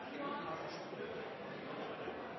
sjå